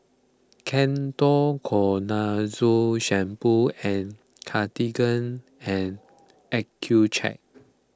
Ketoconazole Shampoo and Cartigain and Accucheck